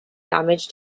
damage